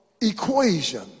equation